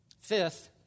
Fifth